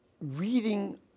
Reading